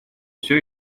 все